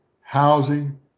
housing